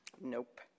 Nope